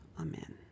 Amen